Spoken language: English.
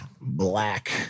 Black